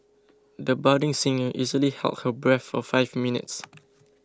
the budding singer easily held her breath for five minutes